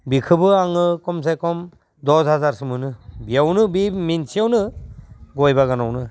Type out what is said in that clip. बेखौबो आङो खमसे खम दस हाजारसो मोनो बेयावनो बे मोनसेयावनो गय बागानावनो